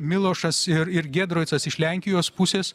milošas ir ir giedricas iš lenkijos pusės